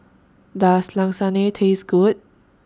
Does Lasagne Taste Good